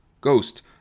Ghost